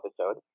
episode